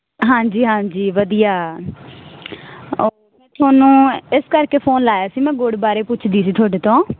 ਹਾਂਜੀ ਹਾਂਜੀ ਵਧੀਆ ਓਹ ਫਿਰ ਤੁਹਾਨੂੰ ਇਸ ਕਰਕੇ ਫੋਨ ਲਾਇਆ ਸੀ ਮੈਂ ਗੁੜ ਬਾਰੇ ਪੁੱਛਦੀ ਸੀ ਤੁਹਾਡੇ ਤੋਂ